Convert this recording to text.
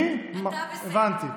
אתה בסדר.